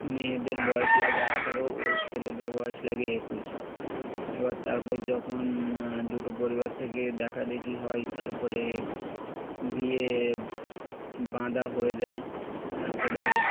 মেয়েদের বয়স লাগে আঠেরো ও ছেলেদের বয়স লাগে একুশ এবার তারপর যখন দুটো পরিবার থেকে দেখা দেখি হয় তারপরে বিয়ে বাঁদা হয়ে যায় তারপরে